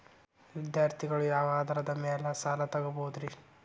ವಿದ್ಯಾರ್ಥಿಗಳು ಯಾವ ಆಧಾರದ ಮ್ಯಾಲ ಸಾಲ ತಗೋಬೋದ್ರಿ?